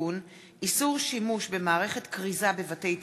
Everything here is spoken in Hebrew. אלעזר שטרן, מיקי לוי, עליזה לביא,